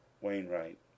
Wainwright